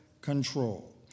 control